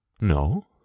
No